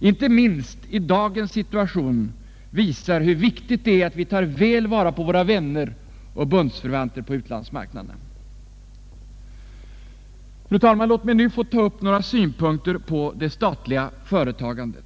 Inte minst dagens situation visar hur viktigt det är att vi tar väl vara på vära vänner och bundsförvanter på utlandsmarknaderna. Fru talman! Jag vill nu framföra några synpunkter på det statliga företagandet.